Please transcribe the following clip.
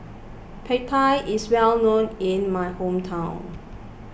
Pad Thai is well known in my hometown